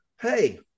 Hey